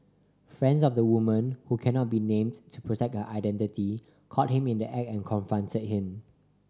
friends of the woman who cannot be named to protect her identity caught him in the act and confronted him